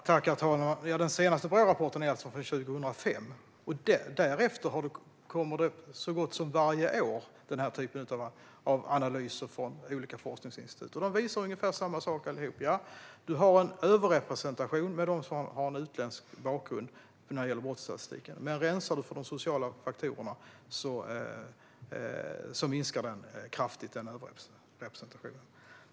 Herr talman! Den senaste Brårapporten är från 2005. Därefter kommer denna typ av analyser från olika forskningsinstitut så gott som varje år. Allihop visar ungefär samma sak: Det finns en överrepresentation av dem som har utländsk bakgrund när det gäller brottsstatistiken. Men om man räknar med de sociala faktorerna minskar denna överrepresentation kraftigt.